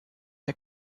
der